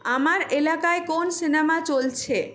আমার এলাকায় কোন সিনেমা চলছে